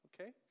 okay